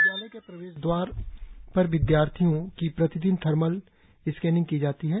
विद्यालय के प्रवेश द्वार पर विद्यार्थियों की प्रतिदिन थर्मल स्कैनिंग की जाती है